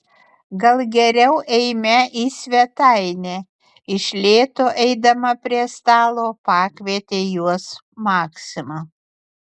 gal geriau eime į svetainę iš lėto eidama prie stalo pakvietė juos maksima